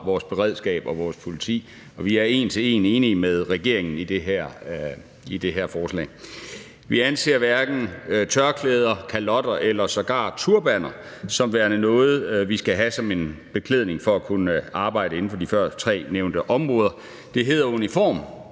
vores beredskab og vores politi, og vi er en til en enige med regeringen i det her. Vi anser hverken tørklæder, kalotter eller sågar turbaner som værende noget, vi skal have som en beklædning for at kunne arbejde inden for de tre førnævnte områder. Det hedder uniform,